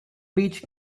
beach